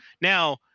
Now